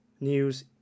news